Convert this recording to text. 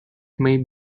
may